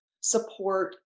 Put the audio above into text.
support